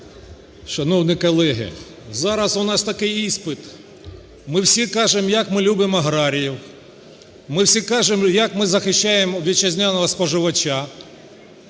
Шановні колеги! Зараз у нас такий іспит. Ми всі кажемо, як ми любимо аграріїв, ми всі кажемо, як ми захищаємо вітчизняного споживача.